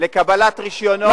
לקבלת רשיונות,